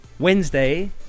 Wednesday